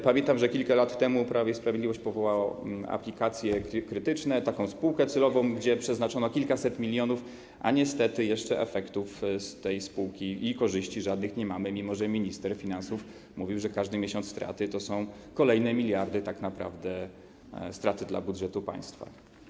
Pamiętam, że kilka lat temu Prawo i Sprawiedliwość powołało Aplikacje Krytyczne, spółkę celową, przeznaczono na to kilkaset milionów, a niestety jeszcze efektów działania tej spółki ani korzyści żadnych nie mamy, mimo że minister finansów mówił, że każdy miesiąc straty to są kolejne miliardy, tak naprawdę straty dla budżetu państwa.